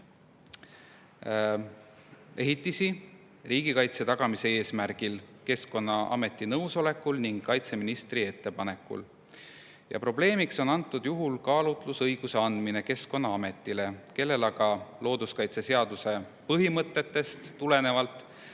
ehitisi riigikaitse tagamise eesmärgil, Keskkonnaameti nõusolekul ning kaitseministri ettepanekul. Probleemiks on antud juhul kaalutlusõiguse andmine Keskkonnaametile, kellel aga looduskaitseseaduse põhimõtetest tulenevalt ei